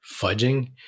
fudging